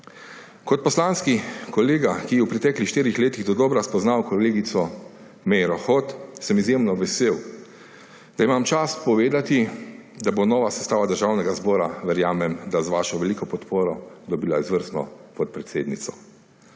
Kot poslanski kolega, ki je v preteklih štirih letih dodobra spoznal kolegico Meiro Hot, sem izjemno vesel, da imam čast povedati, da bo nova sestava državnega zbora, verjamem, da z vašo veliko podporo, dobila izvrstno podpredsednico.